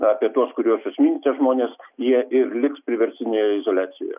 na apie tuos kuriuos jūs minite žmones jie ir liks priverstinėje izoliacijoje